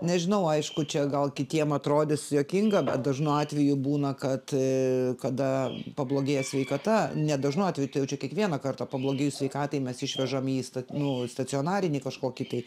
nežinau aišku čia gal kitiem atrodys juokinga bet dažnu atveju būna kad kada pablogėja sveikata ne dažnu atveju tai jau čia kiekvieną kartą pablogėjus sveikatai mes išvežam jį į nu stacionarinį kažkokį tai